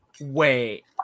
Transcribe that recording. Wait